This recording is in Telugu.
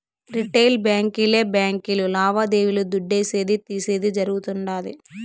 రిటెయిల్ బాంకీలే బాంకీలు లావాదేవీలు దుడ్డిసేది, తీసేది జరగుతుండాది